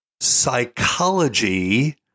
psychology